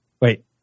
Wait